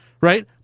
right